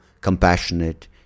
compassionate